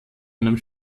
einem